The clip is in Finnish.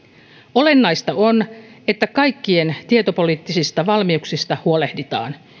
olennaista on että kaikkien tietopoliittisista valmiuksista huolehditaan